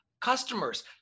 customers